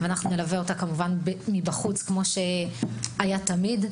כמובן שאנחנו נלווה אותה מבחוץ כפי שהיה תמיד.